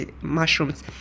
mushrooms